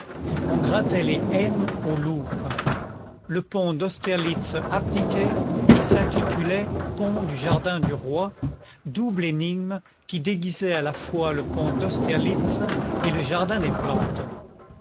on grattait les n au louvre le pont d'austerlitz abdiquait et s'intitulait pont du jardin du roi double énigme qui déguisait à la fois le pont d'austerlitz et le jardin des plantes